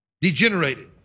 degenerated